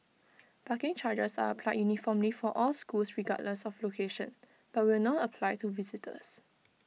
parking charges are applied uniformly for all schools regardless of location but will not apply to visitors